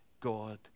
God